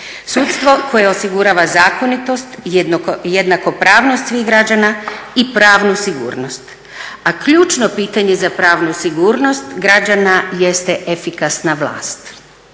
Sudstvo koje osigurava zakonitost, jednakopravnost svih građana i pravnu sigurnost. A ključno pitanje za pravnu sigurnost građana jeste efikasna vlast.